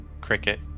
cricket